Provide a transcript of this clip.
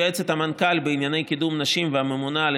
יועצת המנכ"ל בענייני קידום נשים והממונה על